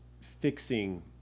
fixing